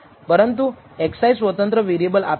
પરંતુ xi સ્વતંત્ર variable આપેલ છે